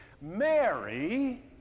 Mary